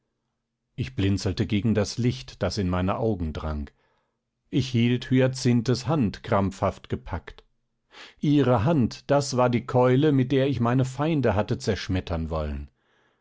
ich blinzelte gegen das licht das in meine augen drang ich hielt hyacinthes hand krampfhaft gepackt ihre hand das war die keule mit der ich meine feinde hatte zerschmettern wollen